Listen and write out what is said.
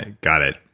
ah got it.